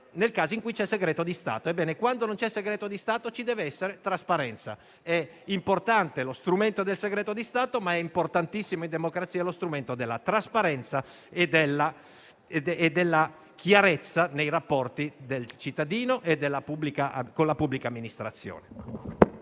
nel caso in cui c'è segreto di Stato. Quando non c'è il segreto di Stato ci deve essere trasparenza. È importante lo strumento del segreto di Stato, ma è importantissimo in democrazia lo strumento della trasparenza e della chiarezza nei rapporti tra il cittadino e la pubblica amministrazione.